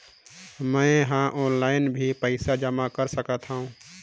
मैं ह ऑनलाइन भी पइसा जमा कर सकथौं?